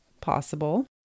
possible